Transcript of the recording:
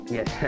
Yes